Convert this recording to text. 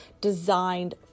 designed